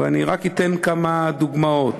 ואני רק אתן כמה דוגמאות.